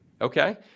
Okay